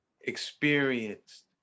experienced